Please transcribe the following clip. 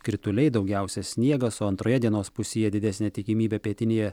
krituliai daugiausia sniegas o antroje dienos pusėje didesnė tikimybė pietinėje